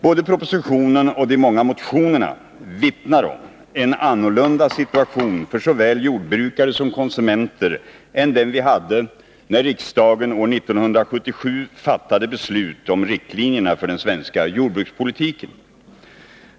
Både propositionen och de många motionerna vittnar om en annan situation för såväl jordbrukare som konsumenter än den vi hade när riksdagen år 1977 fattade beslut om riktlinjerna för den svenska jordbrukspolitiken.